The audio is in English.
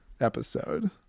episode